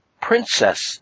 Princess